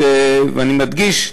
ואני מדגיש,